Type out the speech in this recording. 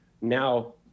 Now